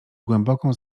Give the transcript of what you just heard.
głęboką